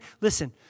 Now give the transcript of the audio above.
Listen